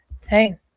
hey